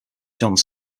johns